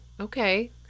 okay